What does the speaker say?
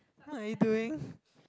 what are you doing